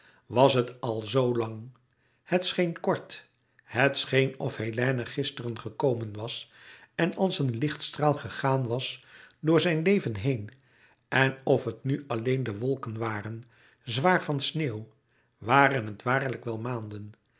was het al zo lang het scheen kort het scheen of hélène gisteren gekomen was en als een lichtstraal gegaan was door zijn leven heen en of het nu alleen de wolken louis couperus metamorfoze waren zwaar van sneeuw waren het waarlijk wel maanden